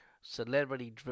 celebrity